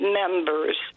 members